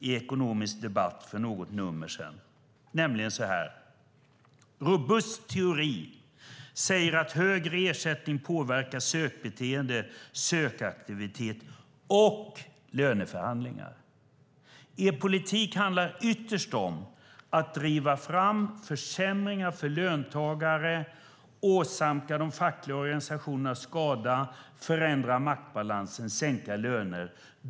I Ekonomisk Debatt för något nummer sedan framhöll du att robust teori säger att högre ersättning påverkar sökbeteende, sökaktivitet och löneförhandlingar. Er politik handlar ytterst om att driva fram försämringar för löntagare, åsamka de fackliga organisationerna skada, förändra maktbalansen och sänka lönerna.